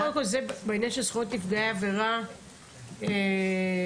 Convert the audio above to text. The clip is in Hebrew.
אבל קודם כול זה בעניין של זכויות נפגעי עבירה להתראות.